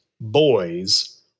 boys